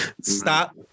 Stop